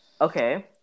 Okay